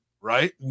Right